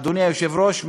אדוני היושב-ראש,